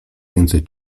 więcej